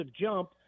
jump